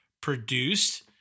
produced